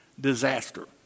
disaster